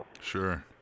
Sure